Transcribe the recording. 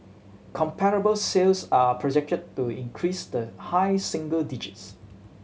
comparable sales are projected to increase the high single digits